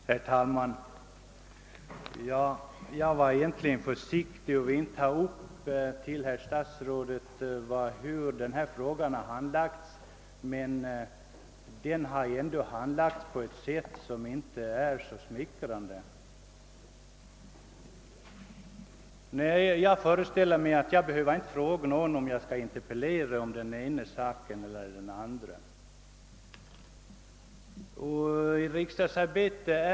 Herr talman! Jag ville vara försiktig och inte angripa herr statsrådet för handläggningen av denna fråga. Nu vill jag dock säga att den har handlagts på ett sätt som inte är särskilt smickrande för statsrådet. Jag föreställer mig att jag inte behöver fråga någon om när jag skall interpellera om den ena eller andra frågan.